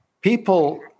people